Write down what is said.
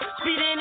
Speeding